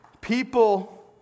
People